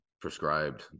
prescribed